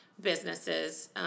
businesses